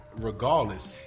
regardless